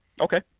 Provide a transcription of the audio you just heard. Okay